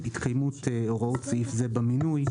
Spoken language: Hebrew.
יתקיימו הוראות סעיף זה במינוי,